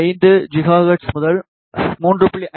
5 gigahertz முதல் 3